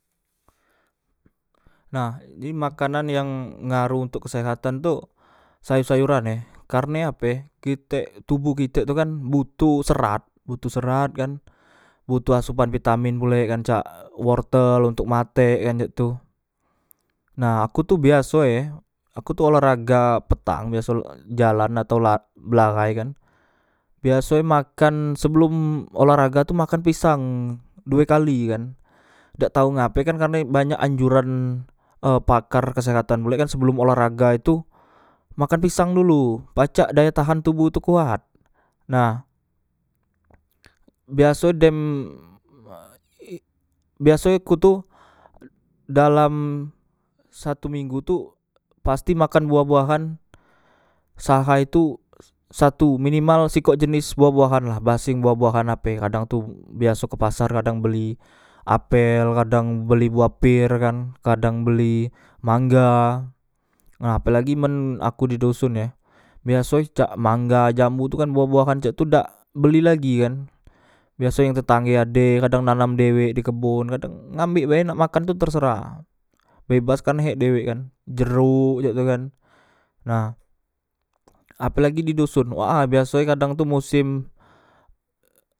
Nah di makanan yang ngaroh ontok kesehatan tu sayor sayoran e karne ape kitek tubuh kitek tu kan butuh serat butuh serat kan butuh asupan pitamin pulek kan cak e wortel untuk mate kan cak tu nah kutu biasoe aku tu olahraga petang biaso jalan atau la belahai kan biaso e makan sebelom olahraga tu makan pisang due kali kan dak tau ngape kan karne banyak anjuran e pakar kesehatan pulek kan sebelom olahraga itu makan pisang dulu pacak daya tahan tubuh itu kuat nah biaso e dem e ik biaso e ku tu dalam satu minggu tu pasti makan buah buahan sahay tu satu minimal sikok jenis buah buahan lah baseng buah buahan ape kadang tu biaso ke pasar kadang beli apel kadang beli buah per kan kadang beli mangga nah ape lagi men aku di doson e biasoe cak mangga jambu tu kan buah buahan cak tu dak beli lagi kan biaso yang tetangge ade kadang nanam dewek di kebon kadang ngambek bae nak makan tu terserah bebas karne hek dewek kan jerok cak tu kan nah ape lagi di doson wa biaso e kadang tu mosem